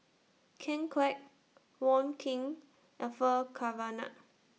Ken Kwek Wong Keen Orfeur Cavenagh